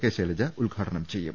K Shailaja ഉദ്ഘാടനം ചെയ്യും